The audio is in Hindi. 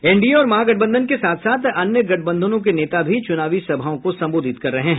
एनडीए और महागठबंधन के साथ साथ अन्य गठबंधनों के नेता भी चूनावी सभाओं को संबोधित कर रहे हैं